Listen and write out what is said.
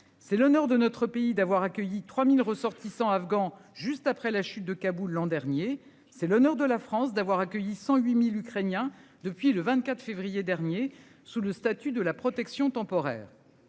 c'est l'honneur de notre pays d'avoir accueilli 3000 ressortissants afghans juste après la chute de Kaboul l'an dernier, c'est le nord de la France d'avoir accueilli 108.000 Ukrainiens depuis le 24 février dernier sous le statut de la protection temporaire.